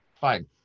fine